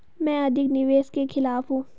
मैं अधिक निवेश के खिलाफ हूँ